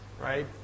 right